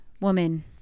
woman